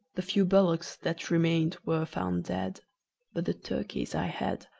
the few bullocks that remained were found dead but the turkies i had,